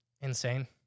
insane